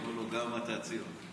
אומר לו: גם אתה, ציון.